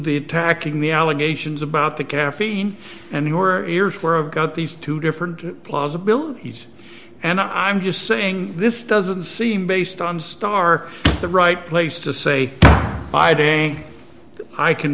the attacking the allegations about the caffeine and your ears were of got these two different possibilities and i'm just saying this doesn't seem based on star the right place to say by the way i can